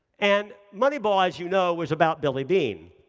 and moneyball, as you know, was about billy beane,